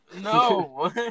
No